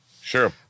Sure